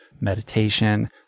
meditation